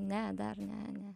ne dar ne ne